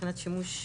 מבחינת שימוש לרעה,